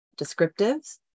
descriptives